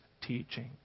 teaching